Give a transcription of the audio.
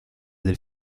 del